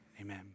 Amen